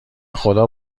خدا